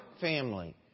family